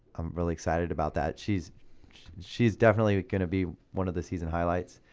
i'm really excited about that. she's she's definitely gonna be one of the season highlights.